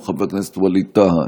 כן.